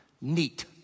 Neat